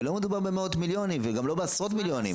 ולא מדובר במאות מיליונים וגם לא בעשרות מיליונים.